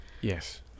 Yes